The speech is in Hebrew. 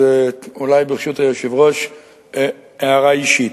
אולי ברשות היושב-ראש הערה אישית.